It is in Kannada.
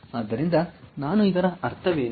ಆದ್ದರಿಂದ ನಾನು ಇದರ ಅರ್ಥವೇನು